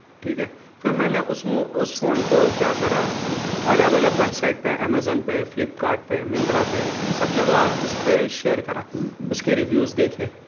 ٹھیک ہے پھر میں نے اس اس فون کو کیا کرا الگ الگ ویب سائٹ پہ امازون پہ فلپکارٹ پہ منترا پہ ان سب جگہ اس پہ شیئر کرا اس کے ریویوز دیکھے